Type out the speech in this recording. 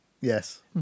yes